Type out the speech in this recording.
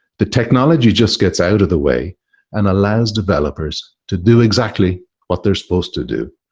the technology just gets out of the way and allows developers to do exactly what they're supposed to do,